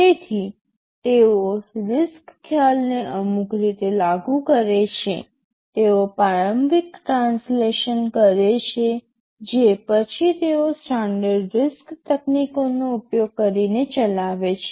તેથી તેઓ RISC ખ્યાલને અમુક રીતે લાગુ કરે છે તેઓ પ્રારંભિક ટ્રાન્સલેશન કરે છે જે પછી તેઓ સ્ટાન્ડર્ડ RISC તકનીકોનો ઉપયોગ કરીને ચલાવે છે